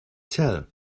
tell